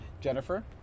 Jennifer